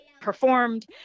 performed